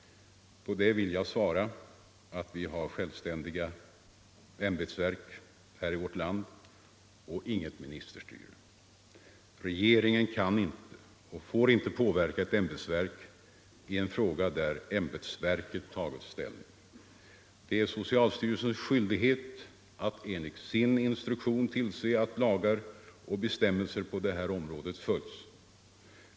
På det vill jag svara — naturläkemedel, att vi har självständiga ämbetsverk i vårt land och inget ministerstyre. — m.m. Regeringen kan inte och får inte påverka ett ämbetsverk i en fråga, där ämbetsverket tagit ställning. Det är socialstyrelsens skyldighet att enligt sin instruktion tillse att lagar och bestämmelser på det nu aktuella området följs.